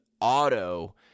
auto